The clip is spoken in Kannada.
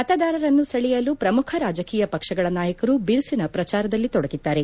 ಮತದಾರರನ್ನು ಸೆಳೆಯಲು ಪ್ರಮುಖ ರಾಜಕೀಯ ಪಕ್ಷಗಳ ನಾಯಕರು ಬಿರುಸಿನ ಪ್ರಚಾರದಲ್ಲಿ ತೊಡಗಿದ್ದಾರೆ